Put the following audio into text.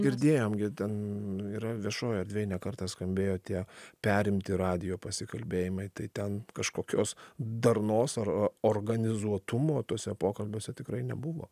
girdėjom gi ten yra viešoje erdvėj ne kartą skambėjo tie perimti radijo pasikalbėjimai tai ten kažkokios darnos ar organizuotumo tuose pokalbiuose tikrai nebuvo